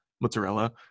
Mozzarella